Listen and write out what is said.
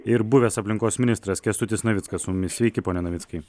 ir buvęs aplinkos ministras kęstutis navickas su mumis sveiki pone navickai